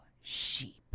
sheep